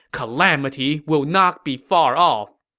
calamity will not be far off.